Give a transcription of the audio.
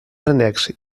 renecs